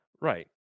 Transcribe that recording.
Right